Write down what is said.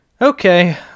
Okay